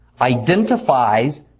identifies